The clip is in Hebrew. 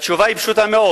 התשובה היא פשוטה מאוד.